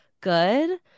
good